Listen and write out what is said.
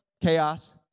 chaos